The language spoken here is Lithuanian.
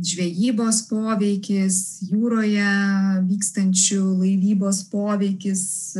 žvejybos poveikis jūroje vykstančių laivybos poveikis